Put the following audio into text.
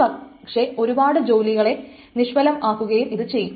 പക്ഷെ ഒരുപാട് ജോലികളെ നിഷ്ഫലം ആക്കുകയും ചെയ്യും